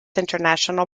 international